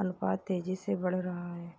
अनुपात तेज़ी से बढ़ रहा है